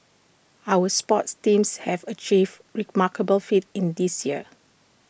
our sports teams have achieved remarkable feats in this year